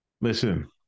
Listen